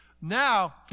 now